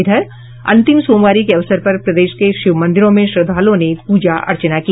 इधर अंतिम सोमवारी के अवसर पर प्रदेश के शिव मंदिरों में श्रद्धालुओं ने पूजा अर्चना की